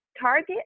Target